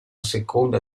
seconda